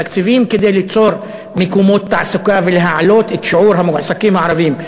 תקציבים כדי ליצור מקומות תעסוקה ולהעלות את שיעור המועסקים הערבים,